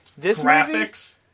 Graphics